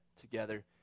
together